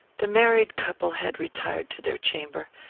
the married couple had retired to their chamber,